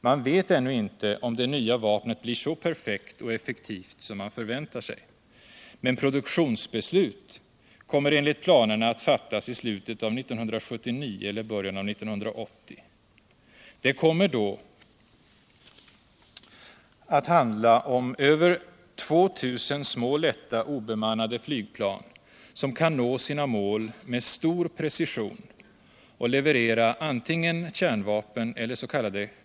Man vet ännu inte om det nya vapnet blir så perfekt och effektivt som man förväntar sig, men produktionsbeslutet kommer enligt planerna att fattas i slutet av 1979 eller i början av 1980. Det kommer då att handla om över 2 000 lätta obemannade flygplan. som kan nå sina mål med stor precision och leverera antingen kärnvapen ellers.k.